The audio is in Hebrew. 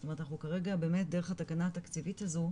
זאת אומרת אנחנו כרגע באמת דרך התקנה התקציבית הזו,